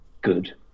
good